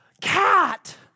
cat